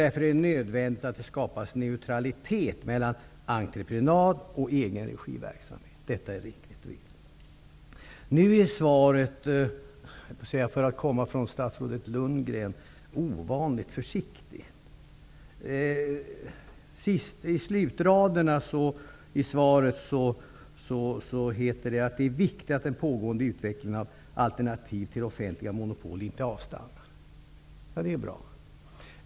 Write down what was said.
Därför är det nödvändigt att det skapas neutralitet mellan entreprenad och egenregiverksamhet. Detta är viktigt. Nu är svaret, för att komma från statsrådet Lundgren, ovanligt försiktigt. I slutraderna i svaret heter det att ''det är viktigt att den pågående utvecklingen av alternativ till offentliga monopol inte avstannar''. Det är bra.